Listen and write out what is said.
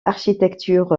architecture